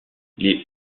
les